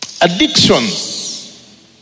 addictions